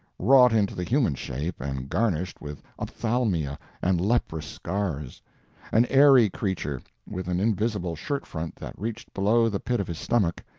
wrought into the human shape and garnished with ophthalmia and leprous scars an airy creature with an invisible shirt-front that reached below the pit of his stomach,